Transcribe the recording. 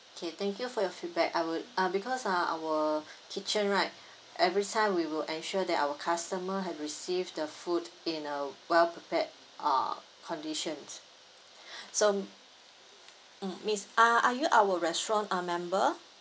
okay thank you for your feedback I would ah because ah our kitchen right everytime we will ensure that our customer had receive the food in a well prepared uh conditions so mm miss are are you our restaurant uh member